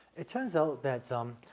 it turns out that, um,